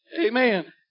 Amen